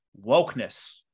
Wokeness